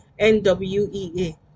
NWEA